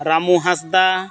Ramu Hansda